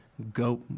Go